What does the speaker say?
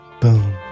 boom